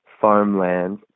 farmland